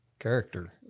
Character